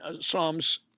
Psalms